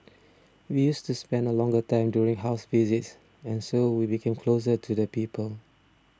we used to spend a longer time during house visits and so we became closer to the people